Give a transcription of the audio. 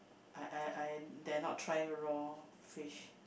I I I dare not try raw fish